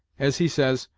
as he says,